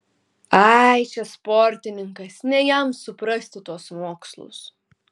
ai čia sportininkas ne jam suprasti tuos mokslus